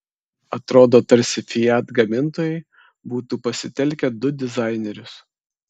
atrodo tarsi fiat gamintojai būtų pasitelkę du dizainerius